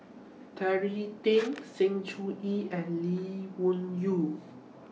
Terry Tan Sng Choon Yee and Lee Wung Yew